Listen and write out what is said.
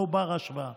לא בר-השוואה.